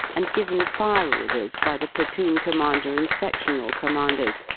and given fire-orders by the platoon commander and sedional commanders,